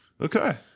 Okay